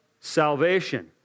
salvation